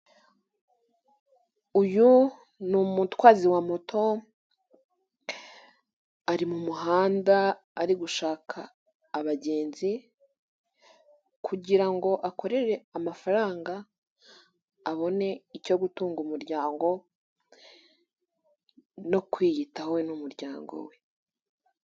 Uyu ni umutwazi wa moto ari mu muhanda ari gushaka abagenzi kugirango akorere amafaranga abone icyo gutunga umuryango no kwiyitaho we n'umuryango we.